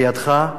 לידך.